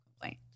complaint